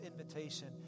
invitation